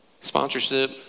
Sponsorship